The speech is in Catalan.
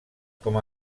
com